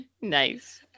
Nice